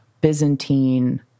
Byzantine